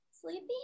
Sleepy